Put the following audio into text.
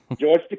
George